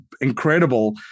incredible